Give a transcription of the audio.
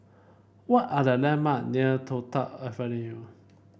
what are the landmark near Toh Tuck Avenue